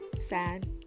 sad